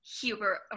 Huber